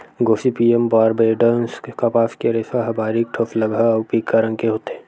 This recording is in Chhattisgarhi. गोसिपीयम बारबेडॅन्स कपास के रेसा ह बारीक, ठोसलगहा अउ फीक्का रंग के होथे